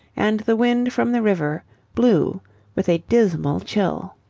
and the wind from the river blew with a dismal chill.